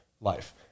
life